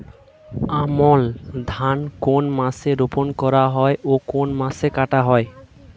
আমন ধান কোন মাসে রোপণ করা হয় এবং কোন মাসে কাটা হয়?